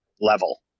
level